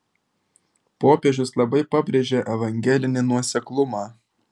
popiežius labai pabrėžia evangelinį nuoseklumą